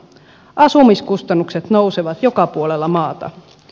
asumiskustannukset nousevat joka puolella maata